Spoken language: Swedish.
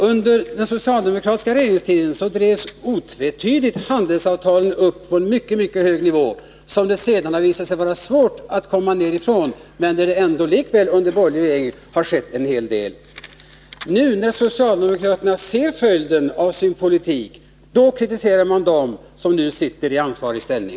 Under den socialdemokratiska regeringstiden drevs otvetydigt avtalen inom handeln upp till en mycket hög nivå, som det sedan visat sig svårt att komma ner ifrån. Likväl har det under borgerlig regeringstid skett en hel del. När socialdemokraterna i dag ser följden av sin politik, kritiserar man dem som nu sitter i ansvarig ställning.